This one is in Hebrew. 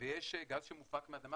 ויש גז שמופק מהאדמה,